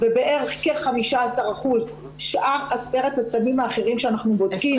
ובערך 15% עשרת הסמים האחרים שאנחנו בודקים,